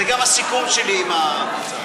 זה גם הסיכום שלי עם השר.